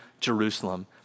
Jerusalem